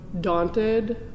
daunted